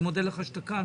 אני מודה לך שאתה כאן,